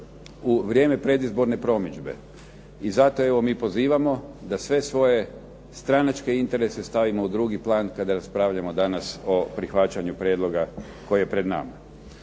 u vrijeme predizborne promidžbe. I zato evo mi pozivamo da sve svoje stranačke interese stavimo u drugi plan kada raspravljamo danas o prihvaćanju prijedloga koji je pred nama.